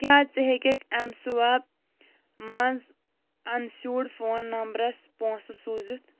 کیٛاہ ژٕ ہٮ۪کیکھ ایٚم سٕوایپَ منٛز ان سیوڈ فون نمبرَس پونٛسہٕ سوٗزِتھ